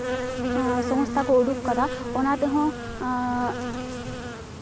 ᱡᱟᱦᱟᱸ ᱥᱚᱝᱥᱛᱷᱟ ᱠᱚ ᱩᱰᱩᱠ ᱠᱟᱫᱟ ᱚᱱᱟ ᱛᱮᱦᱚᱸ